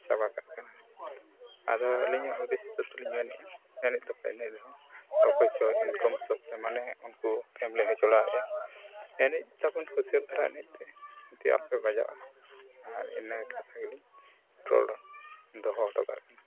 ᱪᱟᱵᱟ ᱠᱟᱜ ᱠᱟᱱᱟ ᱟᱫᱚ ᱟᱹᱞᱤᱧᱟᱜ ᱦᱩᱫᱤᱥ ᱠᱟᱛᱮᱫ ᱞᱤᱧ ᱢᱮᱱᱮᱫᱼᱟ ᱤᱱᱟᱹ ᱨᱮᱦᱚᱸ ᱯᱚᱭᱥᱟ ᱤᱱᱠᱟᱢ ᱦᱤᱥᱟᱹᱵᱽᱛᱮ ᱢᱟᱱᱮ ᱩᱱᱠᱩ ᱯᱷᱮᱢᱮᱞᱤ ᱦᱤᱥᱟᱹᱵᱽ ᱚᱲᱟᱜ ᱨᱮ ᱮᱱᱮᱡ ᱛᱟᱵᱚᱱ ᱠᱩᱥᱟᱹᱞ ᱫᱷᱟᱨᱟ ᱮᱱᱮᱡᱛᱮ ᱛᱤ ᱟᱞᱚᱯᱮ ᱵᱟᱡᱟᱜᱼᱟ ᱤᱱᱟᱹ ᱠᱟᱛᱷᱟ ᱜᱮᱞᱤᱧ ᱨᱚᱲ ᱫᱚᱦᱚ ᱦᱚᱴᱚ ᱠᱟᱜ ᱠᱟᱱᱟ